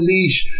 Leash